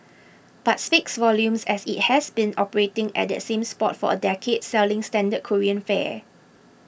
but speaks volumes as it has been operating at that same spot for a decade selling standard Korean fare